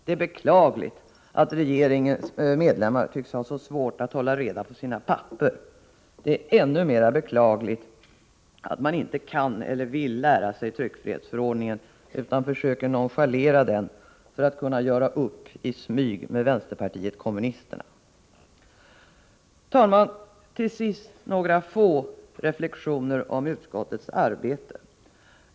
Det är beklagligt att regeringens medlemmar tycks ha så svårt att hålla reda på sina papper, det är ännu mer beklagligt att man inte kan eller vill lära sig tryckfrihetsförordningen, utan försöker nonchalera den för att kunna göra upp i smyg med vänsterpartiet kommunisterna. Herr talman! Till sist några få reflexioner om utskottets arbete.